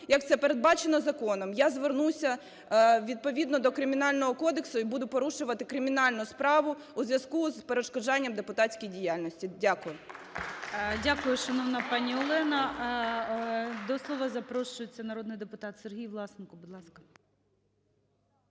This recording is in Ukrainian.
як це передбачено законом, я звернуся відповідного Кримінального кодексу і буду порушувати кримінальну справу у зв'язку з перешкоджанням депутатській діяльності. Дякую. ГОЛОВУЮЧИЙ. Дякую, шановна пані Олена. До слова запрошується народний депутат Сергій Власенко,